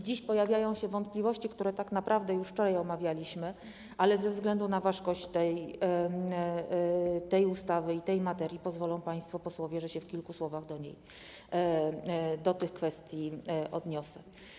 Dziś pojawiają się wątpliwości, które tak naprawdę już wczoraj omawialiśmy, ale ze względu na ważkość tej ustawy i tej materii pozwolą państwo posłowie, że w kilku słowach do tych kwestii się odniosę.